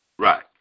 Right